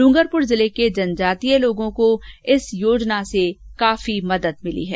ड्रंगरपुर जिले के जनजातीय लोगों को इस योजना से काफी मदद मिली है